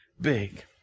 big